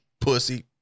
pussy